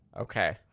Okay